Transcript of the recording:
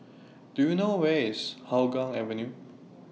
Do YOU know Where IS Hougang Avenue